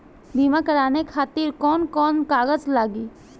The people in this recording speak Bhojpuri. बीमा कराने खातिर कौन कौन कागज लागी?